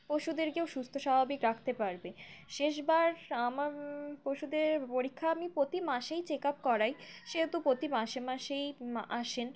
পশুদেরকেও সুস্থ স্বাভাবিক রাখতে পারবে শেষবার আমার পশুদের পরীক্ষা আমি প্রতি মাসেই চেক আপ করাই সেহেতু প্রতি মাসে মাসেই আসেন